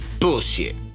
bullshit